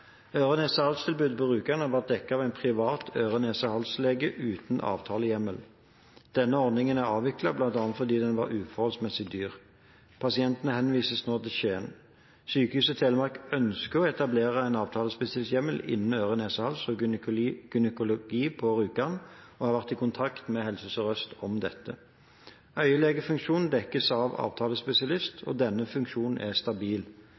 på Rjukan har vært dekket av en privat øre-nese-hals-lege uten avtalehjemmel. Denne ordningen er avviklet, bl.a. fordi den var uforholdsmessig dyr. Pasientene henvises nå til Skien. Sykehuset Telemark ønsker å etablere avtalespesialisthjemler innen øre-nese-hals og gynekologi på Rjukan og har vært i kontakt med Helse Sør-Øst om dette. Øyelegefunksjonen dekkes av avtalespesialist, og denne funksjonen er stabil.